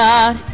God